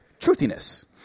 truthiness